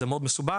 זה מאוד מסובך,